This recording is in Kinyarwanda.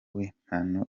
w’impano